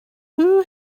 who